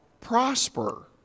prosper